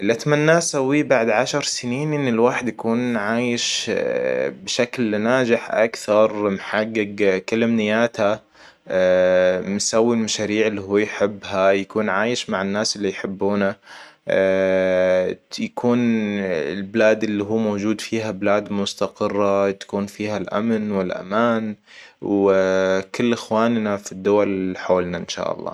اللي أتمناه أسويه بعد عشر سنين إن الواحد يكون عايش بشكل ناجح أكثر نحقق كل أمنياته مسوي مشاريع اللي هو يحبها يكون عايش مع الناس اللي يحبونه. تكون البلاد اللي هو موجود فيها بلاد مستقرة تكون فيها الأمن والأمان. وكل اخواننا في الدول حولنا إن شاء الله